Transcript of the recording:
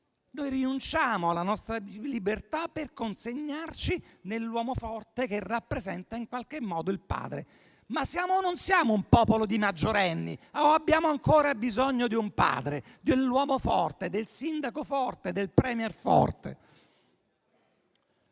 Noi rinunciamo alla nostra libertà per consegnarci all'uomo forte, che rappresenta in qualche modo il padre. Ma siamo o non siamo un popolo di maggiorenni? O abbiamo ancora bisogno di un padre, dell'uomo forte, del sindaco forte, del *premier* forte?